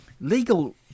legal